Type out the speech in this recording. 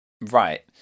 right